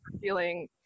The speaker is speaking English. feeling